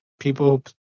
people